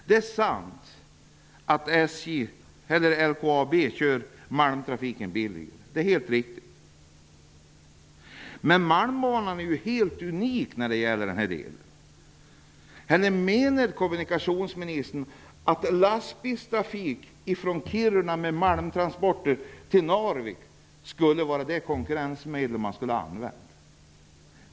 Det är sant att LKAB driver malmtrafiken billigare. Det är helt riktigt. Men malmbanan är ju helt unik. Eller menar kommunikationsministern att malmtransporter från Kiruna till Narvik med lastbil skulle vara det konkurrensmedel man skulle använda?